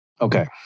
Okay